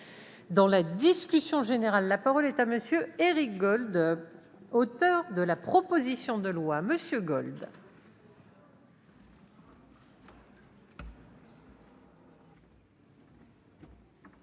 Dans la discussion générale, la parole est à M. Éric Gold, auteur de la proposition de loi. Madame la